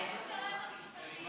איפה שרת המשפטים?